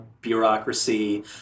bureaucracy